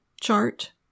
chart